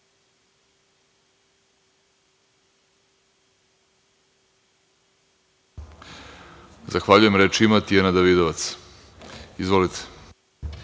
Zahvaljujem. Reč ima Tijana Davidovac. Izvolite.